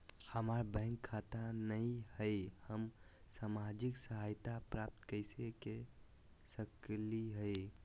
हमार बैंक खाता नई हई, हम सामाजिक सहायता प्राप्त कैसे के सकली हई?